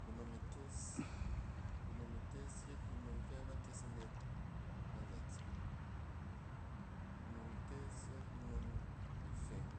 Kunom ites, kunom ites yet kunom fɛ ba tes anet na zatse. Kunom ites yet kunom ifeng.